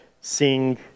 sing